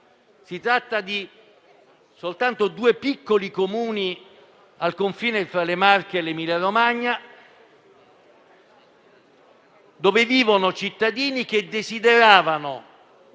Si tratta soltanto di due piccoli Comuni al confine tra le Marche e l'Emilia-Romagna, dove vivono cittadini che desideravano